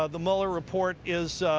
ah the mueller report is